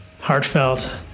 heartfelt